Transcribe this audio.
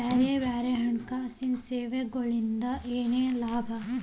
ಬ್ಯಾರೆ ಬ್ಯಾರೆ ಹಣ್ಕಾಸಿನ್ ಸೆವೆಗೊಳಿಂದಾ ಏನೇನ್ ಲಾಭವ?